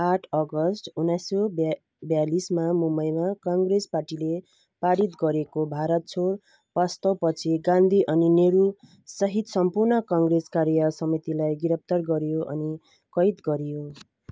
आठ अगस्त उन्नाइस सय बि ब्यालिसमा मुम्बईमा काङ्ग्रेस पार्टीले पारित गरेको भारत छोडो प्रस्तावपछि गान्धी अनि नेहरूसहित सम्पूर्ण काङ्ग्रेस कार्य समितिलाई गिरफ्तार गरियो अनि कैद गरियो